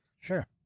Sure